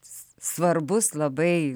svarbus labai